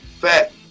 fat